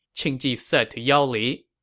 qing ji said to yao li.